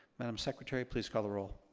madame secretary, please call the roll.